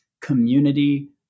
community